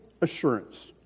assurance